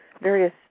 various